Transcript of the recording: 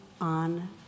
on